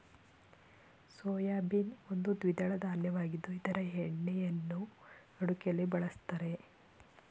soybean ಒಂದು ದ್ವಿದಳ ಧಾನ್ಯವಾಗಿದ್ದು ಇದರ ಎಣ್ಣೆಯನ್ನು ಅಡುಗೆಯಲ್ಲಿ ಬಳ್ಸತ್ತರೆ